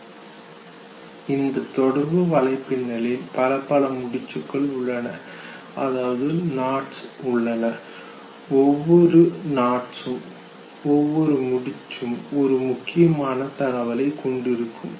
அந்தத் தொடர்பு வலைப்பின்னலில் பல பல முடிச்சுகள் உள்ளன அதாவது நாட்ஸ் ஒவ்வொரு முடிச்சும் ஒரு முக்கியமான தகவலை கொண்டிருக்கும்